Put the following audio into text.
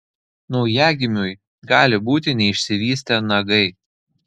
naujagimiui gali būti neišsivystę nagai